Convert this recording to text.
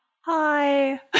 Hi